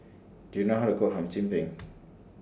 Do YOU know How to Cook Hum Chim Peng